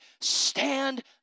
stand